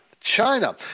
China